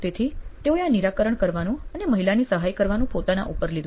તેથી તેઓએ આ નિરાકરણ કરવાનું અને મહિલાની સહાય કરવાનું પોતાના ઉપર લીધું